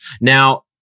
Now-